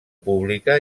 pública